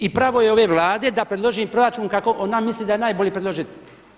I pravo je ove Vlade da predloži proračun kako ona misli da je najbolje predložiti.